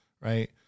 right